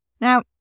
Now